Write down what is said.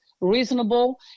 reasonable